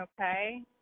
Okay